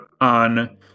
on